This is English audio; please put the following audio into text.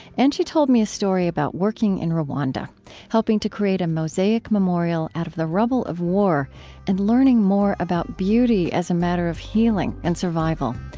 and she told me a story about working in rwanda helping to create a mosaic memorial out of the rubble of war and learning more about beauty as a matter of healing and survival.